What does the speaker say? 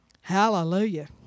Hallelujah